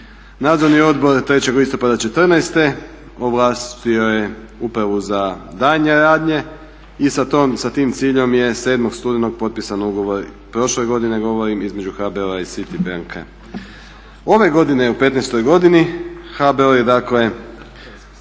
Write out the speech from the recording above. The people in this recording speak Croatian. Nadzorni odbor 3.listopada 2014.ovlastio je upravu za daljnje radnje i sa tim ciljem je 7.studenog potpisan ugovor prošle godine govorim između HBOR-a i Citibanke. Ove godine u 2015.godini HBOR je potpisao